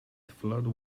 flood